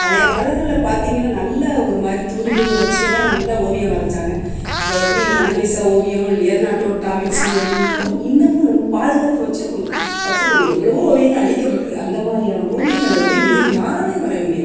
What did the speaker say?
பழைய காலங்களில் பார்த்திங்கனா நல்ல ஒருமாதிரி தூரிகையை வைச்சியெல்லாம் நல்லா ஓவியம் வரைஞ்சாங்க வே எப்படி மோனலிசா ஓவியம் லியர்னாட்டோ டாவின்சி ஒவியங்கள்லாம் இன்னமும் நம் பாதுகாத்து வெச்சுருக்கணும் வெச்சுக்கணும் எவ்வளோவோ ஓவியங்கள் அழிக்கப்பட்டது அந்தமாதிரியான ஓவிங்களை வந்து இனிமேல் யாராலையும் வரைய முடியாது